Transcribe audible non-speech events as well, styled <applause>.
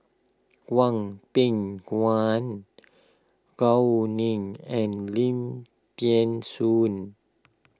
Hwang Peng <unintelligible> Gao Wu Ning and Lim thean Soon